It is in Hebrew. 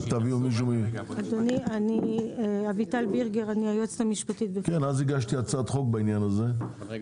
אדוני, אני היועצת המשפטית --- כן,